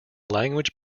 language